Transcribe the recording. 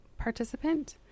participant